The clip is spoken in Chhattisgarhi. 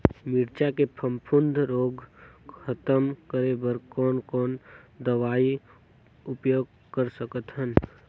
मिरचा के फफूंद रोग खतम करे बर कौन कौन दवई उपयोग कर सकत हन?